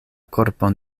korpon